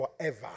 forever